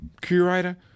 curator